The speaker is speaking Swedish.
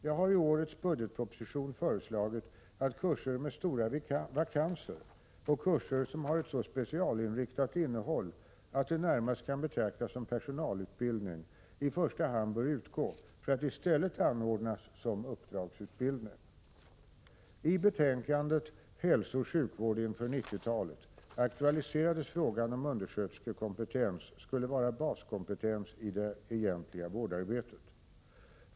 Jag har i årets budgetproposition föreslagit att kurser med stora vakanser och kurser som har ett så specialinriktat innehåll att de närmast kan betraktas som personalutbildning i första hand bör utgå för att i stället anordnas som uppdragsutbildning. I betänkandet ”Hälsooch sjukvård inför 90-talet” aktualiserades frågan om undersköterskekompetens skulle vara baskompetens i det egentliga vårdarbetet.